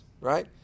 Right